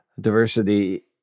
diversity